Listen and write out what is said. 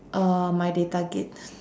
uh my data gig